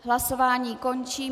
Hlasování končím.